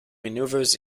maneuvers